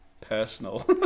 personal